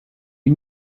est